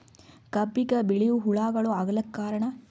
ಕಬ್ಬಿಗ ಬಿಳಿವು ಹುಳಾಗಳು ಆಗಲಕ್ಕ ಕಾರಣ?